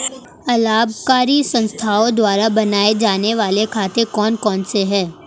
अलाभकारी संस्थाओं द्वारा बनाए जाने वाले खाते कौन कौनसे हैं?